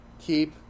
Keep